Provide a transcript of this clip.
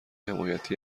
حمایتی